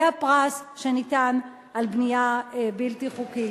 זה הפרס שניתן על בנייה בלתי חוקית.